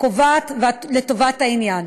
הקובעת לטובת העניין.